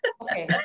okay